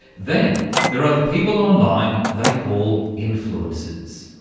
then there are the people online they call influencers.